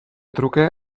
truke